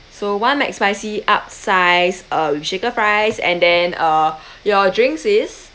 so one mcspicy upsize uh with shaker fries and then uh your drinks is